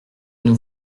nous